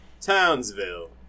townsville